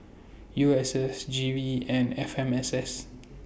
U S S G V and F M S S